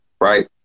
Right